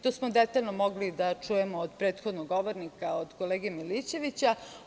To smo detaljno mogli da čujemo od prethodnog govornika, od kolege Milićevića.